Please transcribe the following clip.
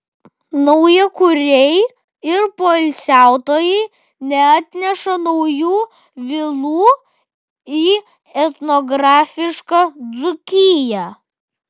naujakuriai ir poilsiautojai neatneša naujų vilų į etnografišką dzūkiją